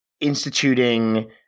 instituting